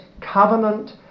covenant